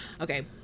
okay